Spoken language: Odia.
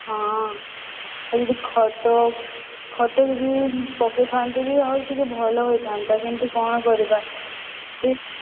ହଁ ଏମିତି ଖତ ଖତ ବି ପକାଇଥାନ୍ତି ବି ଆଉ ଟିକେ ଭଲ ହୋଇଥାନ୍ତା କିନ୍ତୁ କ'ଣ କରିବା ସେହିଟା